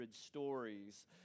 stories